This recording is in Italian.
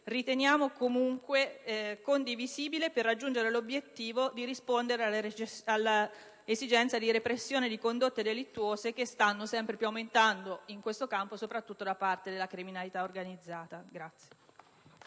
riteniamo comunque condivisibile per raggiungere l'obiettivo di rispondere alla esigenza di repressione di condotte delittuose che stanno sempre più aumentando in questo campo, soprattutto da parte della criminalità organizzata.